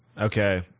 Okay